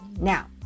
Now